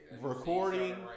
recording